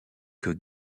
que